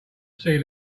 sea